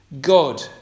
God